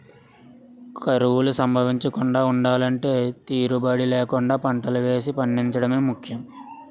కరువులు సంభవించకుండా ఉండలంటే తీరుబడీ లేకుండా పంటలు వేసి పండించడమే ముఖ్యం